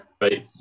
Right